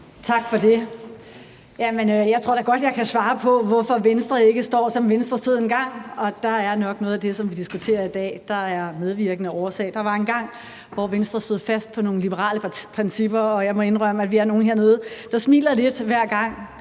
Tak for det. Jeg tror da godt, jeg kan svare på, hvorfor Venstre ikke står der, hvor Venstre stod engang, og der er nok noget af det, som vi diskuterer i dag, der er medvirkende årsag. Der var engang, hvor Venstre stod fast på nogle liberale principper, og jeg må indrømme, at vi er nogle hernede, der smiler lidt, hver gang